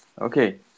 Okay